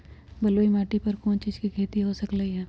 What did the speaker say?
बलुई माटी पर कोन कोन चीज के खेती हो सकलई ह?